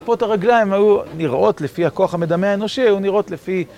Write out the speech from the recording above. פה את הרגליים היו נראות לפי הכוח המדמה האנושי, היו נראות לפי...